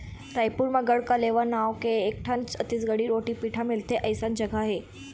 रइपुर म गढ़कलेवा नांव के एकठन छत्तीसगढ़ी रोटी पिठा मिलथे अइसन जघा हे